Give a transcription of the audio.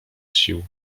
sił